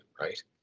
right